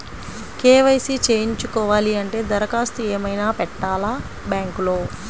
KYC చేయించుకోవాలి అంటే దరఖాస్తు ఏమయినా పెట్టాలా బ్యాంకులో?